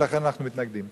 ולכן אנחנו מתנגדים.